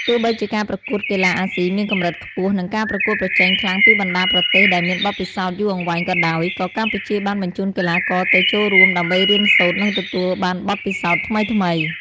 ទោះបីជាការប្រកួតកីឡាអាស៊ីមានកម្រិតខ្ពស់ និងការប្រកួតប្រជែងខ្លាំងពីបណ្ដាប្រទេសដែលមានបទពិសោធន៍យូរអង្វែងក៏ដោយ ក៏កម្ពុជាបានបញ្ជូនកីឡាករទៅចូលរួម ដើម្បីរៀនសូត្រ និងទទួលបានបទពិសោធន៍ថ្មីៗ។